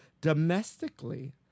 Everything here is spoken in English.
domestically